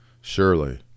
Surely